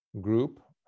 group